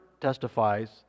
testifies